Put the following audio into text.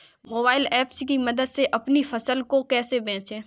Mobile app की मदद से अपनी फसलों को कैसे बेचें?